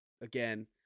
Again